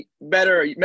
better